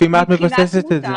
לפי מה את מבססת את זה?